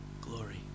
Glory